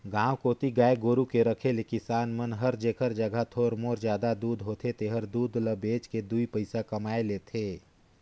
गांव कोती गाय गोरु के रखे ले किसान मन हर जेखर जघा थोर मोर जादा दूद होथे तेहर दूद ल बेच के दुइ पइसा कमाए लेथे